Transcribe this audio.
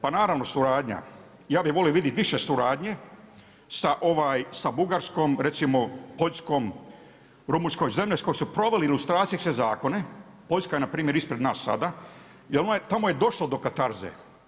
Pa naravno suradnja, ja bih volio vidjeti više suradnje sa Bugarskom, recimo Poljskoj, Rumunjskoj, zemlje koje su proveli … zakone, Poljska je npr. ispred nas sada jer tamo je došlo do katarze.